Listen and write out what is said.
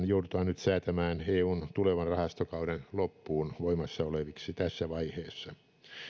joudutaan nyt säätämään eun tulevan rahastokauden loppuun voimassa oleviksi tässä vaiheessa